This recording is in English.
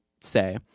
say